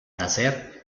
nacer